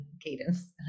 cadence